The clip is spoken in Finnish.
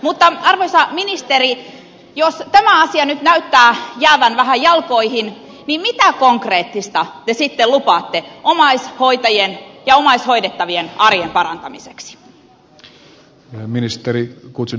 mutta arvoisa ministeri jos tämä asia nyt näyttää jäävän vähän jalkoihin niin mitä konkreettista te sitten lupaatte omaishoitajien ja omaishoidettavien arjen parantamiseksi